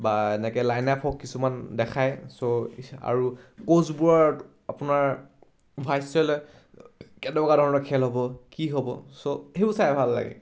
বা এনেকৈ লাইনআপ হওক কিছুমান দেখায় চ' আৰু ক'চবোৰৰ আপোনাৰ ভাস্য লয় কেনেকুৱা ধৰণৰ খেল হ'ব কি হ'ব চ' সেইবোৰো চাই ভাল লাগে